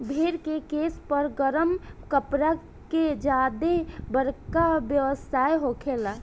भेड़ के केश पर गरम कपड़ा के ज्यादे बरका व्यवसाय होखेला